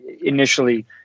initially